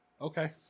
Okay